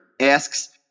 asks